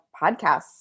podcasts